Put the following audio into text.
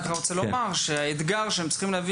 אני רוצה לומר שהאתגר שהם צריכים להביא